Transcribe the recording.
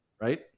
right